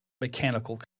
mechanical